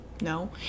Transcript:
No